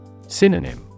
Synonym